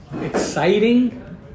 exciting